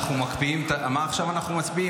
על מה אנחנו עכשיו מצביעים?